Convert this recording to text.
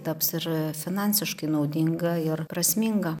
taps ir finansiškai naudinga ir prasminga